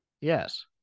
yes